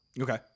Okay